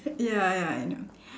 ya ya I know